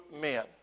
men